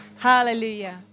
Hallelujah